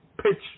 pitch